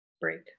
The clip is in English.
break